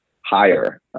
higher